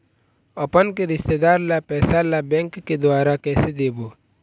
अपन के रिश्तेदार ला पैसा ला बैंक के द्वारा कैसे देबो?